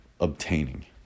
obtaining